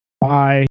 Bye